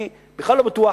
אני בכלל לא בטוח